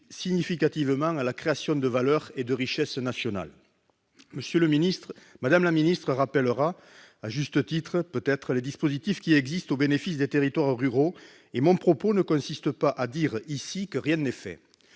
significativement à la création de valeur et de richesse nationale. Mme la ministre rappellera peut-être, à juste titre, les dispositifs qui existent au bénéfice des territoires ruraux, mais mon propos ne consiste pas à dire que rien n'est fait.